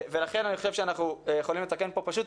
לכן אני חושב שאנחנו יכולים לתקן כאן